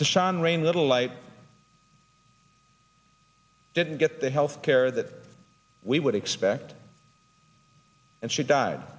to shine rain little light didn't get the health care that we would expect and she died